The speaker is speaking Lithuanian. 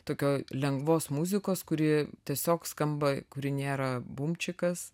tokio lengvos muzikos kuri tiesiog skamba kuri nėra bumčikas